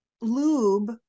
lube